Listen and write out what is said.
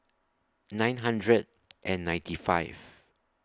nine hundred and ninety five